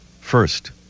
First